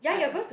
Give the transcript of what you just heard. I